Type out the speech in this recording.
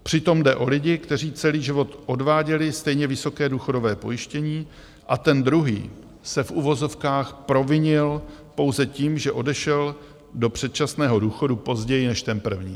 Přitom jde o lidi, kteří celý život odváděli stejně vysoké důchodové pojištění, a ten druhý se v uvozovkách provinil pouze tím, že odešel do předčasného důchodu později než ten první.